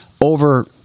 over